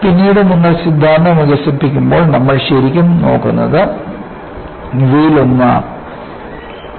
പിന്നീട് നിങ്ങൾ സിദ്ധാന്തം വികസിപ്പിക്കുമ്പോൾ നമ്മൾ ശരിക്കും നോക്കുന്നത് ഇവയിലൊന്നാണ്